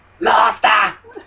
Master